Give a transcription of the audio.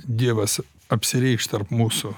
dievas apsireikš tarp mūsų